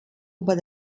über